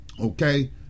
okay